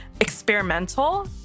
experimental